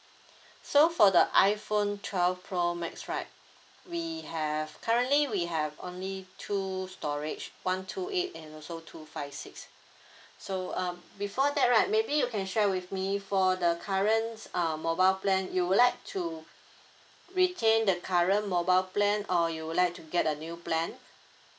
so for the iphone twelve pro max right we have currently we have only two storage one two eight and also two five six so um before that right maybe you can share with me for the current uh mobile plan you would like to retain the current mobile plan or you would like to get a new plan